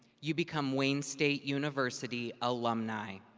you become wayne state university alumni.